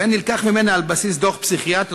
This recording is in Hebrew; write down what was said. הבן נלקח ממנה על בסיס דוח פסיכיאטר,